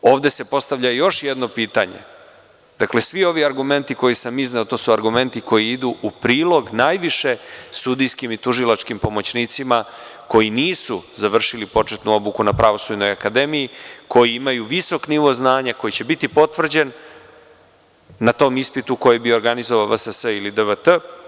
Ovde se postavlja još jedno pitanje, svi ovi argumenti koje sam ovde izneo, to su argumenti koji idu u prilog najviše sudijskim i tužilačkim pomoćnicima, koji nisu završili početnu ulogu na pravosudnoj akademiji, koji imaju visok nivo znanja, koji će biti potvrđen na tom ispitu koji je bio organizovao VSS ili DVT.